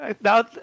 Now